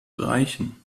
reichen